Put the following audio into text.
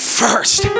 first